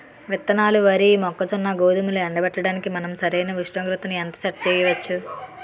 విత్తనాలు వరి, మొక్కజొన్న, గోధుమలు ఎండబెట్టడానికి మనం సరైన ఉష్ణోగ్రతను ఎంత సెట్ చేయవచ్చు?